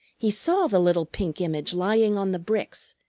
he saw the little pink image lying on the bricks,